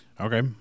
Okay